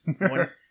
One